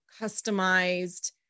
customized